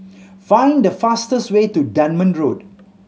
find the fastest way to Dunman Road